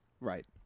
Right